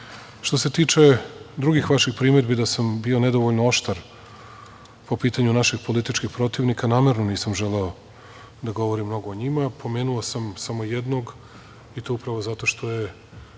KiM.Što se tiče drugih vaših primedbi, da sam bio nedovoljno oštar po pitanju naših političkih protivnika, namerno nisam želeo da govorim mnogo o njima. Pomenuo sam samo jednog i to upravo zato što je